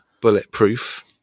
Bulletproof